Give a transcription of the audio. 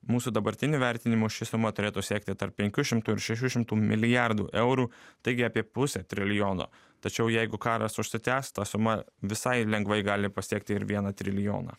mūsų dabartiniu vertinimu ši suma turėtų siekti tarp penkių šimtų ir šešių šimtų milijardų eurų taigi apie pusę trilijono tačiau jeigu karas užsitęs ta suma visai lengvai gali pasiekti ir vieną trilijoną